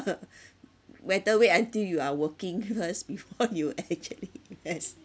better wait until you are working first before you actually yes